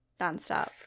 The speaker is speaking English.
nonstop